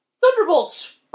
Thunderbolts